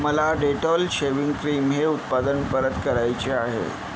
मला Dettol shaving cream हे उत्पादन परत करायचे आहे